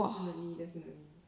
definitely definitely